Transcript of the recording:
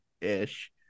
ish